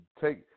take